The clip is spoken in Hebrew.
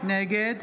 נגד